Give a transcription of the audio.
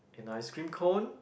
an ice cream cone